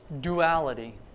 duality